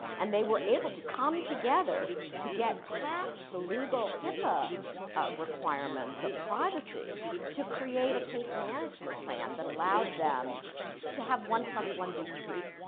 and, they were able to come together to get past the legal hippa requirements of privacy to create a case-management plan that allowed them to have one plus one be three.